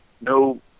No